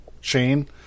shane